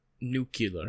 Nuclear